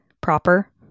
proper